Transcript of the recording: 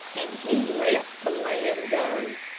and he let the lamb go.